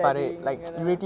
stabbing அதான்:athaan